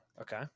Okay